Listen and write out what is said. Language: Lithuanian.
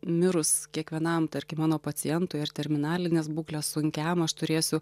mirus kiekvienam tarkim mano pacientui ar terminalinės būklės sunkiam aš turėsiu